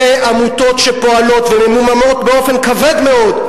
זה עמותות שפועלות וממומנות באופן כבד מאוד.